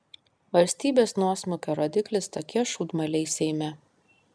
valstybės nuosmukio rodiklis tokie šūdmaliai seime